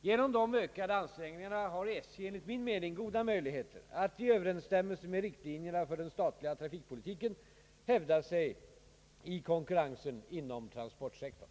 Genom de ökade ansträngningarna har SJ enligt min mening goda möjligheter att i överensstämmelse med riktlinjerna för den statliga trafikpolitiken hävda sig i konkurrensen inom transportsektorn.